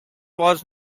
was